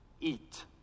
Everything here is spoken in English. eat